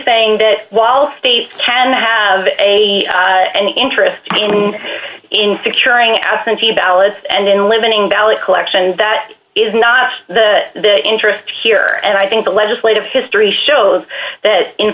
saying that while they can have a an interesting in securing absentee ballots and limiting ballot collection that is not the interest here and i think the legislative history shows that in